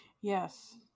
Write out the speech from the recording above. yes